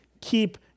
keep